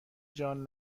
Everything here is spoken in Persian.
جان